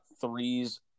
threes